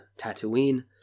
Tatooine